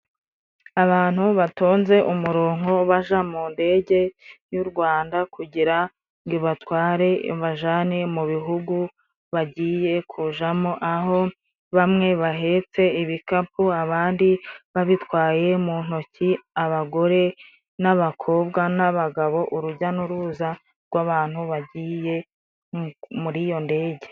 Abantu batonze umuronko baja mu ndege y'u Rwanda kugira ngo ibatware, ibajane mu bihugu bagiye kujamo, aho bamwe bahetse ibikapu abandi babitwaye mu ntoki, abagore n'abakobwa n'abagabo, urujya n'uruza rw'abantu bagiye muri iyo ndege.